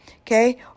okay